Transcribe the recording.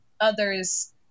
others